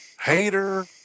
Hater